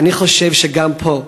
אני חושב שגם פה,